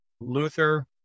Luther